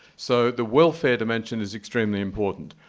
so the welfare dimension is extremely important.